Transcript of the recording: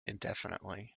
indefinitely